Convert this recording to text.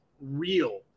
real